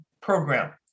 program